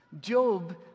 Job